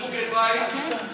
בחוגי בית,